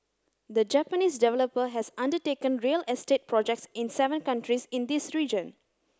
the Japanese developer has undertaken real estate projects in seven countries in this region